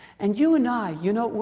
and you and i. you know,